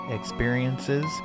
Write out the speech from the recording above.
experiences